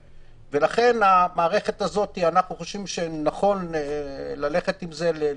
לכן אנחנו חושבים שזה נכון ללכת עם המערכת הזאת,